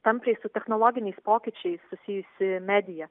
tampriai su technologiniais pokyčiais susijusi medija